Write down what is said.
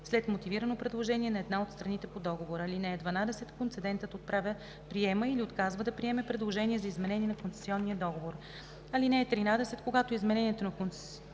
след мотивирано предложение на една от страните по договора. (12) Концедентът отправя, приема или отказва да приеме предложение за изменение на концесионния договор. (13) Когато изменението на концесионния договор